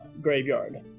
graveyard